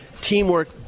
teamwork